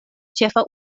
ĉefa